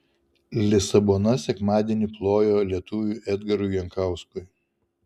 lisabona sekmadienį plojo lietuviui edgarui jankauskui